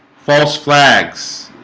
false flags